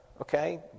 Okay